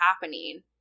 happening